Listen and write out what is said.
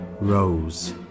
rose